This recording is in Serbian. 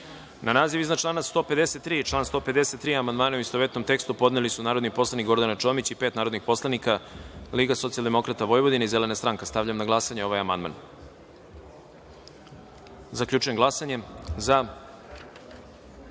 naziv iznad člana 154. i član 154. amandmane u istovetnom tekstu podneli su narodni poslanik Gordana Čomić i pet narodnih poslanika LSV –Zelena stranka. Stavljam na glasanje ovaj amandman. Zaključujem glasanje: